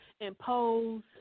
impose